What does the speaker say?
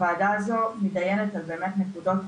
הוועדה הזו מתדיינת על באמת נקודות